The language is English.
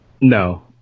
No